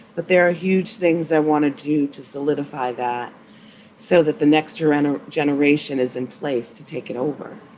but there are huge things i want to do to solidify that so that the next jarana generation is in place to take it over.